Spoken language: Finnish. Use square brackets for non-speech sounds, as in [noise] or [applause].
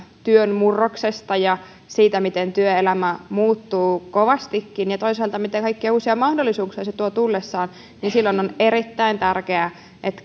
työn murroksesta ja siitä miten työelämä muuttuu kovastikin ja toisaalta mitä kaikkia uusia mahdollisuuksia se tuo tullessaan niin silloin on erittäin tärkeää että [unintelligible]